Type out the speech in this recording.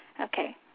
Okay